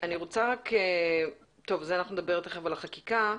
תכף נדבר על החקיקה.